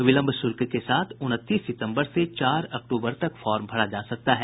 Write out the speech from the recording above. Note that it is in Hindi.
विलंब शुल्क के साथ उनतीस सितम्बर से चार अक्टूबर तक फार्म भरा जा सकता है